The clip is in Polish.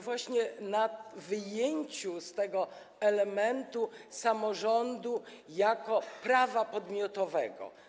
Właśnie na wyjęciu z tego elementu samorządu jako prawa podmiotowego.